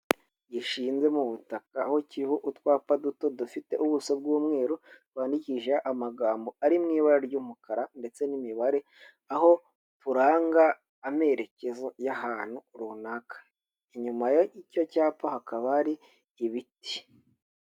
Gishinze mu butaka aho kiriho utwapa duto dufite ubuso bw'umweru bwandikishije amagambo ari mu ibara ry'umukara ndetse n'imibare, aho buranga amerekezo y'ahantu runaka, inyuma icyo cyapa hakaba hari ibiti.